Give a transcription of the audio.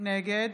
נגד